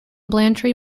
blantyre